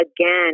again